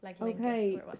Okay